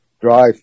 Drive